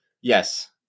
Yes